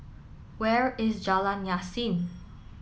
where is Jalan Yasin